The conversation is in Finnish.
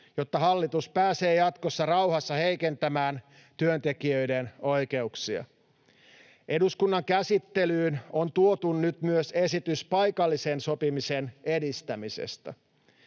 jotta hallitus pääsee jatkossa rauhassa heikentämään työntekijöiden oikeuksia. Eduskunnan käsittelyyn on tuotu nyt myös esitys paikallisen sopimisen edistämisestä.